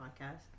podcast